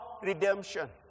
redemption